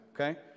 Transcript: okay